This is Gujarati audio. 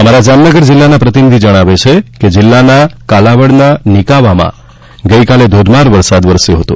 અમારા જામનગર જિલ્લાના પ્રતિનિધિ જણાવે છે કે જિલ્લાના કાલાવડના નિકાવામાં ગઈકાલે ધોધમાર વરસાદ વરસ્યો હતો